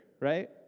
right